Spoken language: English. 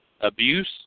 abuse